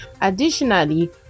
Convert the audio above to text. Additionally